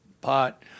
pot